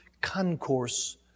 concourse